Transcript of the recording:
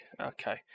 okay